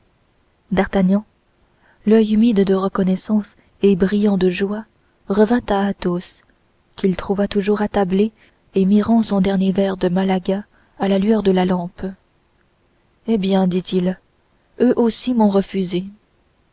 d'artagnan l'oeil humide de reconnaissance et brillant de joie revint à athos qu'il trouva toujours attablé et mirant son dernier verre de malaga à la lueur de la lampe eh bien dit-il eux aussi m'ont refusé